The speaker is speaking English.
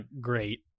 great